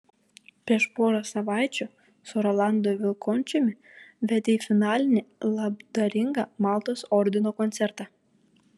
prieš porą savaičių su rolandu vilkončiumi vedei finalinį labdaringą maltos ordino koncertą